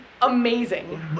amazing